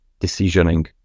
decisioning